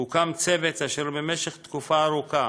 הוקם צוות אשר במשך תקופה ארוכה